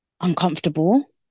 uncomfortable